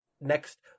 Next